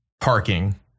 parking